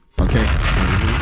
Okay